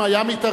אם היה מתערב,